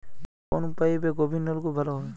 কোন পাইপে গভিরনলকুপ ভালো হবে?